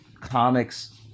comics